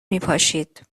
میپاشید